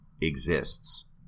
exists